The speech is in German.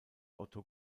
otto